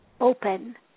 open